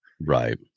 right